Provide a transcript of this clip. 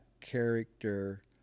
character